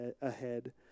ahead